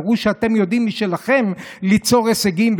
תראו שאתם יודעים ליצור הישגים משלכם,